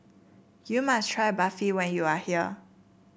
you must try Barfi when you are here